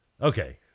Okay